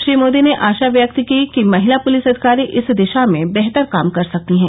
श्री मोदी ने आशा व्यक्त की कि महिला पुलिस अधिकारी इस दिशा में बेहतर काम कर सकती हैं